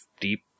deep